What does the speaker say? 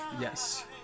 Yes